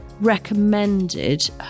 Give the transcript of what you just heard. recommended